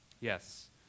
Yes